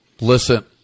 Listen